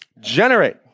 Generate